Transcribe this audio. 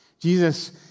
Jesus